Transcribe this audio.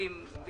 ארז אורעד,